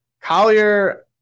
Collier